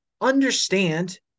understand